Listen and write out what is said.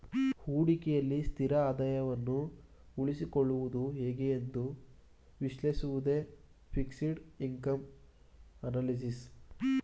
ಹೂಡಿಕೆಯಲ್ಲಿ ಸ್ಥಿರ ಆದಾಯವನ್ನು ಉಳಿಸಿಕೊಳ್ಳುವುದು ಹೇಗೆ ಎಂದು ವಿಶ್ಲೇಷಿಸುವುದೇ ಫಿಕ್ಸೆಡ್ ಇನ್ಕಮ್ ಅನಲಿಸಿಸ್